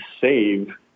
save